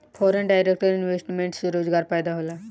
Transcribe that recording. foreign direct investment से रोजगार पैदा होला